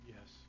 Yes